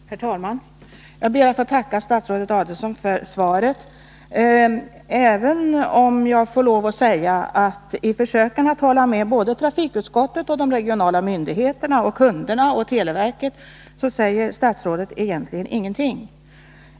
Herr talman! Jag ber att få tacka statsrådet Adelsohn för svaret, även om jag får lov att säga att statsrådet i sina försök att hålla med såväl trafikutskottet som de regionala myndigheterna, kunderna och televerket, egentligen inte säger någonting alls.